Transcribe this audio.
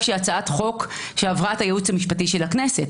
שהיא הצעת חוק שעברה את הייעוץ המשפטי של הכנסת,